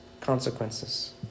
consequences